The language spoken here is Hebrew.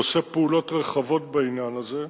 עושה פעולות רחבות בעניין הזה.